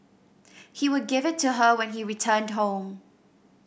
he would give it to her when he returned home